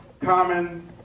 Common